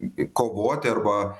kovoti arba